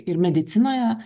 ir medicinoje